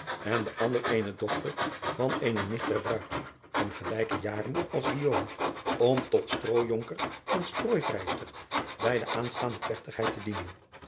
en de ander eene dochter van eene nicht der ruid van gelijke jaren als om tot strooijonker en strooivrijster bij de aanstaande plegtigheid te dienen